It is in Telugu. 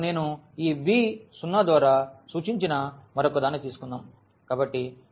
ఇప్పుడు నేను ఈ b0ద్వారా సూచించిన మరొకదాన్ని తీసుకుందాం